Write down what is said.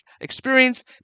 experience